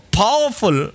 powerful